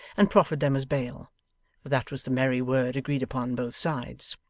and proffered them as bail for that was the merry word agreed upon both sides.